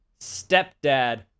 stepdad